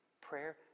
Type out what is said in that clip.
prayer